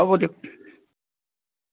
হ'ব দিয়ক